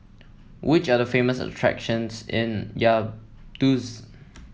which are the famous attractions in Vaduz